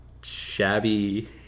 shabby